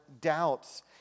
doubts